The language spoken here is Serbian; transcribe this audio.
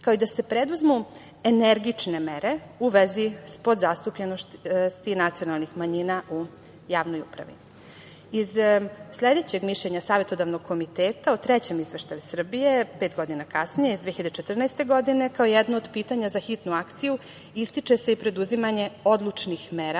kao i da se preduzmu energične mere u vezi s podzastupljenosti nacionalnih manjina u javnoj upravi. Iz sledećeg mišljenja Savetodavnog komiteta o Trećem izveštaju Srbije, pet godina kasnije, iz 2014. godine, kao jedno od pitanja za hitnu akciju ističe se i preduzimanje odlučnih mera